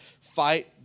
fight